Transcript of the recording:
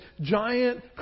giant